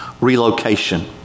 Relocation